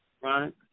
right